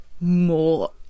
more